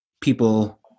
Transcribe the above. people